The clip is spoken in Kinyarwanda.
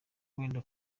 wenda